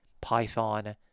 Python